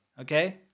Okay